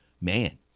man